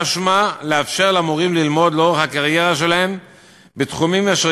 משמע לאפשר למורים ללמוד לאורך הקריירה שלהם בתחומים אשר